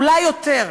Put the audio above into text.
אולי יותר.